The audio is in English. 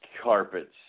carpets